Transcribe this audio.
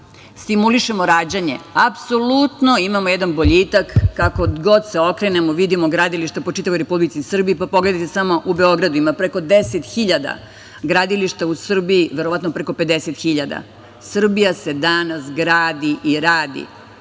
stimulišemo rađanje. Apsolutno imamo jedan boljitak. Kako god se okrenemo vidimo gradilišta po čitavoj Republici Srbiji, pa pogledajte samo u Beogradu ima preko 10.000 gradilišta, u Srbiji verovatno preko 50.000. Srbija se danas gradi i radi. Što